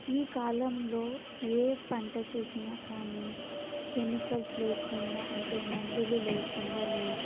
ఈ కాలంలో ఏ పంట చూసిన కానీ కెమికల్స్ లేకుండా అంటే మందులు లేకుండా లేవు